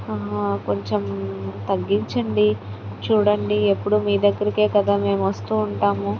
కొంచెం తగ్గించండి చూడండి ఎప్పుడూ మీ దగ్గరకే కదా మేము వస్తూ ఉంటాము